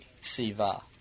Siva